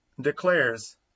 declares